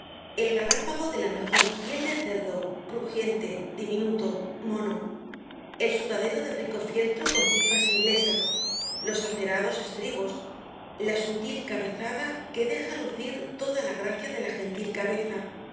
el galápago de la mejor piel de cerdo crujiente diminuto mono el sudadero de rico fieltro con cifras inglesas los acerados estribos la sutil cabezada que deja lucir toda la gracia de la gentil cabeza